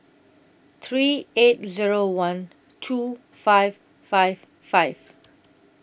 three eight Zero one two five five five